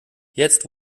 jetzt